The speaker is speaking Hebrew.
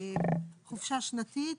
חופשה שנתית.